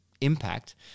impact